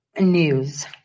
news